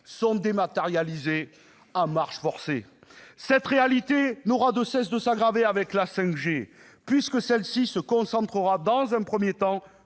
sont dématérialisés à marche forcée. Cette réalité ne cessera de s'aggraver avec la 5G, puisque celle-ci se concentrera, dans un premier temps,